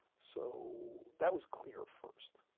so, that was clear first.